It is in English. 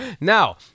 Now